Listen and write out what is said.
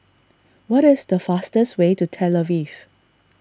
what is the fastest way to Tel Aviv